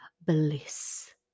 bliss